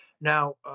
Now